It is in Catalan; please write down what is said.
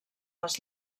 les